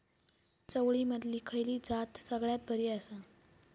चवळीमधली खयली जात सगळ्यात बरी आसा?